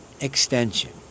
extension